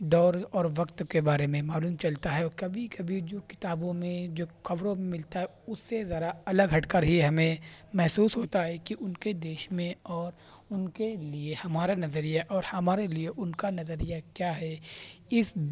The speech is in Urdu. دور اور وقت کے بارے میں معلوم چلتا ہے کبھی کبھی جو کتابوں میں جو خبروں میں ملتا ہے اس سے ذرا الگ ہٹ کر ہی ہمیں محسوس ہوتا ہے کہ ان کے دیش میں اور ان کے لیے ہمارا نظریہ اور ہمارے لیے ان کا نظریہ کیا ہے اس